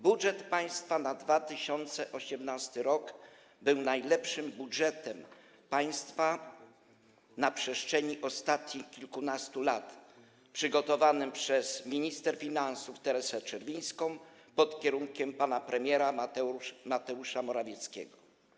Budżet państwa na 2018 r. był najlepszym budżetem państwa na przestrzeni ostatnich kilkunastu lat, przygotowanym przez minister finansów Teresę Czerwińską pod kierunkiem pana premiera Mateusza Morawieckiego.